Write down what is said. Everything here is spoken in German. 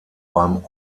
beim